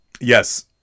Yes